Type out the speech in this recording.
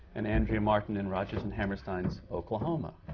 and andrea martin, in rodger's and hammerstein's oklahoma!